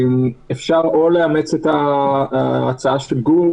אפשר או לאמץ את ההצעה של גור,